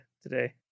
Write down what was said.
today